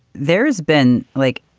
there's been like